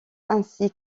ainsi